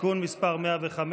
(תיקון מס' 105)